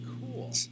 Cool